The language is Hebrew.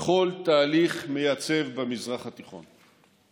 בכל תהליך מייצב במזרח התיכון.